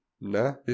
No